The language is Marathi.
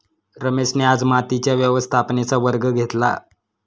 रमेशने आज मातीच्या व्यवस्थापनेचा वर्ग घेतला